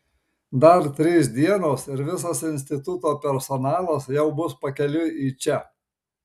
dar trys dienos ir visas instituto personalas jau bus pakeliui į čia